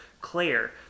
Claire